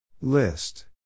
List